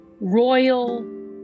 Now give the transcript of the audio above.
royal